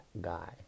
guy